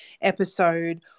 episode